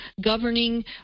governing